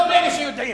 לא מאלה שיודעים.